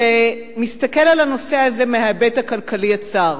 שמסתכל על הנושא הזה מההיבט הכלכלי הצר.